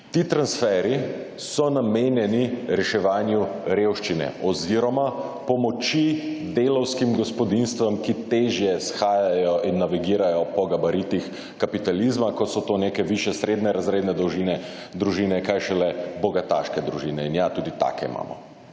Ti transferji so namenjeni reševanju revščine oziroma pomoči delavskim gospodinjstvom, ki težje shajajo in navigirajo po gabaritih kapitalizma, ko so to neke višje srednje razredne družine, kaj šele bogataške družine. In ja, tudi take imamo.